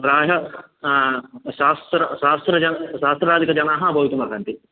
प्रायः सहस्र सहस्रजन् सहस्राधिकजनाः भवितुमर्हन्ति